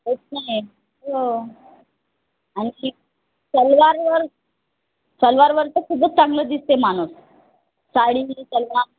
कळत नाही आहे हो आणखी सलवारवर सलवारवर तर खूपच चांगलं दिसते माणूस साडी सलवार